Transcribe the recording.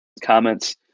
comments